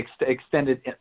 Extended